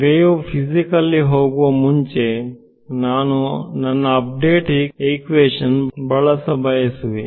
wave physically ಹೋಗುವ ಮುಂಚೆ ನಾನು ನನ್ನ ಅಪ್ಡೇಟ್ ಇಕ್ವೇಶನ್ ಬಳಸುವೆ